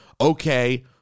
okay